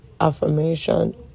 affirmation